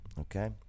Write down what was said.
okay